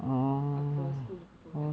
அப்புறம்:appuram school போவேன்:povaen